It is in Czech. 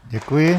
Děkuji.